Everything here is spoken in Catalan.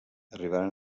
arribaren